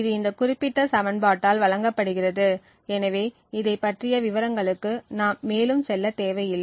இது இந்த குறிப்பிட்ட சமன்பாட்டால் வழங்கப்படுகிறது எனவே இதைப் பற்றிய விவரங்களுக்கு நாம் மேலும் செல்ல தேவையில்லை